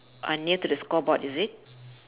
or near to the scoreboard is it